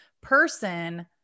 person